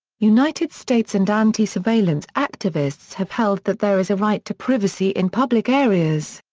united states and anti-surveillance activists have held that there is a right to privacy in public areas.